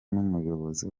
n’umuyobozi